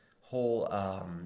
whole